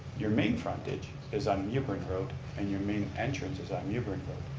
your main frontage is on mewburn road and your main entrance is on mewburn road.